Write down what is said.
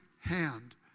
hand